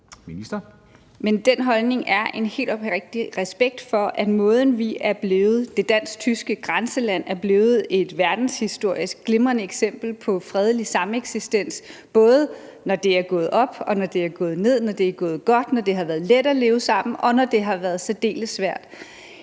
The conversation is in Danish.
den holdning er en helt oprigtig respekt for, at måden, vi er blevet det dansk-tyske grænseland på, er blevet et verdenshistorisk glimrende eksempel på fredelig sameksistens, både når det er gået op, og når det er gået ned, når det er gået godt og har været let at leve sammen, og når det har været særdeles svært.